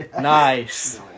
Nice